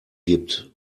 gibt